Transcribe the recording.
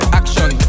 action